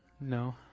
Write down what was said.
No